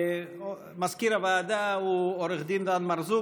מזכיר הוועדה הוא עו"ד דן מרזוק,